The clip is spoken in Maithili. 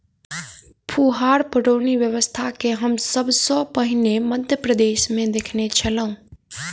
फुहार पटौनी व्यवस्था के हम सभ सॅ पहिने मध्य प्रदेशमे देखने छलौं